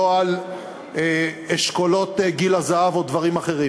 לא על אשכולות גיל הזהב או על דברים אחרים.